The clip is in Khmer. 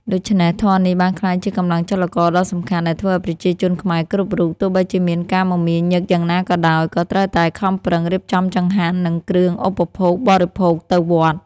ដូច្នេះ ធម៌នេះបានក្លាយជាកម្លាំងចលករដ៏សំខាន់ ដែលធ្វើឱ្យប្រជាជនខ្មែរគ្រប់រូប ទោះបីជាមានការមមាញឹកយ៉ាងណាក៏ដោយ ក៏ត្រូវតែខំប្រឹងរៀបចំចង្ហាន់ និងគ្រឿងឧបភោគបរិភោគទៅវត្ត។